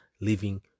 living